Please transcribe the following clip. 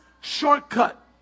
shortcut